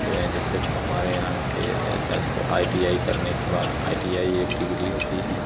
जो है जैसे हमारे यहाँ के आज के आई टी आई करने के बाद आई टी आई एक डिग्री होती है